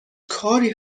کاری